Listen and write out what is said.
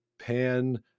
Pan